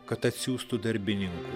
kad atsiųstų darbininkų